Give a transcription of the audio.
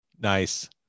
Nice